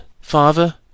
Father